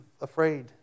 afraid